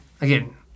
again